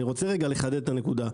אני רוצה רגע לחדד את הנקודה,